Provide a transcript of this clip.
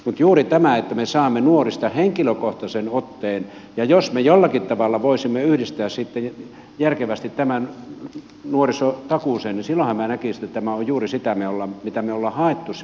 mutta juuri tämä että me saamme nuorista henkilökohtaisen otteen ja jos me jollakin tavalla voisimme yhdistää sitten järkevästi tämän nuorisotakuuseen niin silloin minä näkisin että tämä on juuri sitä mitä me olemme hakeneet sillä nuorisotakuulla